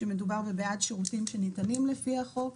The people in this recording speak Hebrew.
שמדובר בשירותים שניתנים לפי החוק,